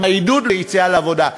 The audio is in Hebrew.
עם העידוד ליציאה לעבודה,